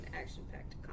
action-packed